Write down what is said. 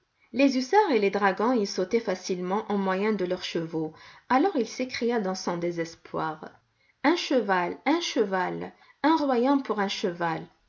les hussards et les dragons y sautaient facilement au moyen de leurs chevaux alors il s'écria dans son désespoir un cheval un cheval un royaume pour un cheval